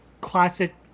classic